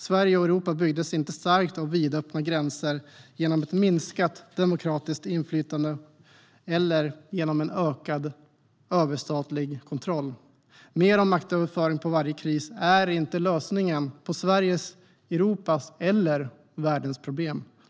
Sverige och Europa byggdes inte starkt av vidöppna gränser, minskat demokratiskt inflytande eller ökad överstatlig kontroll. Mer av maktöverföring vid varje kris är inte lösningen på Sveriges, Europas eller världens problem.